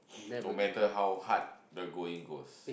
no matter how hard the going goes